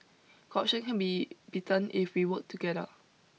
corruption can be beaten if we work together